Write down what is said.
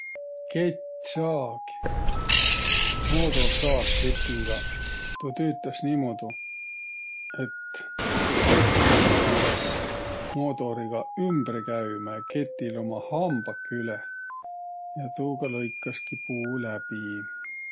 Kettsaag? Moodorsaag ketigaq. Tuu tüütäs niimuudu, et tuu kett pandas moodoriga ümbre käümä ja ketil ummaq hambaq küleh ja tuuga lõikaski puu läbi.